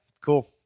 cool